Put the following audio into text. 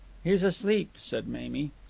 he's asleep, said mamie.